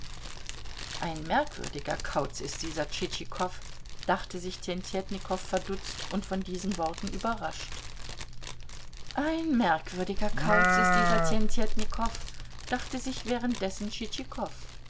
ein merkwürdiger kauz ist dieser tschitschikow dachte sich tjentjetnikow verdutzt und von diesen worten überrascht ein merkwürdiger kauz ist dieser tjentjetnikow dachte sich währenddessen